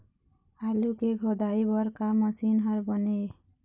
आलू के खोदाई बर का मशीन हर बने ये?